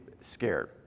scared